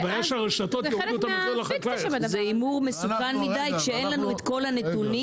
זה הימור מסוכן מידי כשאין לנו את כל הנתונים